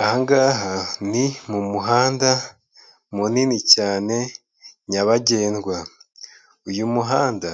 Aha ngaha ni mu muhanda munini cyane nyabagendwa, uyu muhanda